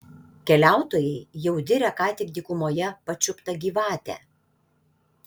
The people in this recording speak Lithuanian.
keliautojai jau diria ką tik dykumoje pačiuptą gyvatę